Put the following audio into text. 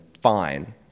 fine